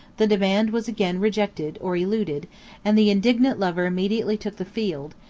the demand was again rejected, or eluded and the indignant lover immediately took the field,